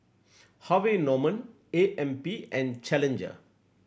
Harvey Norman A M P and Challenger